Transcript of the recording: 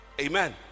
Amen